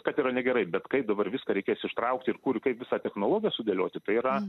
kad yra negerai bet kaip dabar viską reikės ištraukti ir kur kaip visą technologiją sudėlioti tai yra